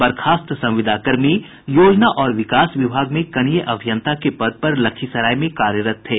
बर्खास्त संविदा कर्मी योजना और विकास विभाग में कनीय अभियंता के पद पर लखीसराय में कार्यरत थे